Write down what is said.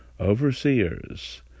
overseers